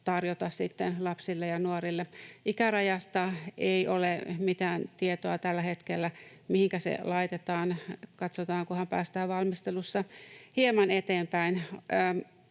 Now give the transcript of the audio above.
tarjota sitten lapsille ja nuorille. Ikärajasta ei ole mitään tietoa tällä hetkellä, mihinkä se laitetaan. Katsotaan, kunhan päästään valmistelussa hieman eteenpäin.